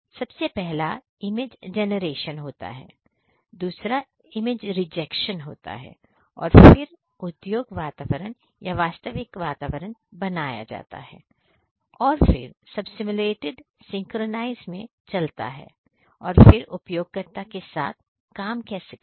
तो सबसे पहला इमेज जनरेशन होता है दूसरा इमेज रिजेक्शन होता है और फिर उद्योग वातावरण या वास्तविक वातावरण बनाया जाता है और फिर सब सिम्युलेटेड सिंक्रोनाइज में चलता है और फिर उपयोगकर्ता के साथ काम कैसे करें